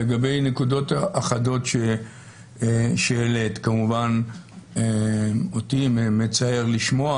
לגבי נקודות אחדות שהעלית, כמובן אותי מצער לשמוע